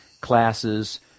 classes